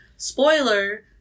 Spoiler